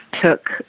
took